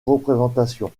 représentation